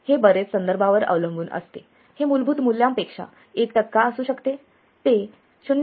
हे बरेच संदर्भांवर अवलंबून असते हे मूलभूत मूल्यापेक्षा एक टक्का असू शकते ते 0